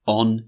on